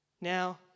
Now